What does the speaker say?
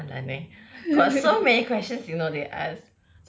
!walao! eh got so many questions you know they ask